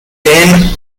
then